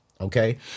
Okay